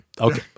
Okay